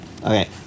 Okay